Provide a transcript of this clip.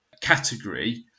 category